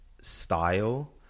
style